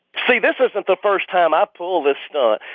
see, this isn't the first time i pulled this stunt.